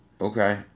Okay